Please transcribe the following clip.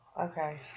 Okay